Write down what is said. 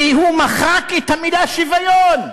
והוא מחק את המילה "שוויון",